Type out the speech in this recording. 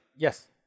Yes